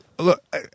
Look